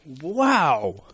Wow